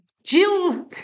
Jill